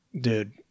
Dude